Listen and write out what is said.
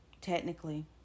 technically